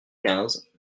quinze